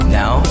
now